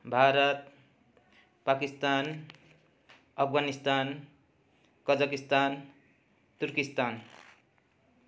Bharat Pakistan Afghanistan Kazakhstan Turkistan